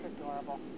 Adorable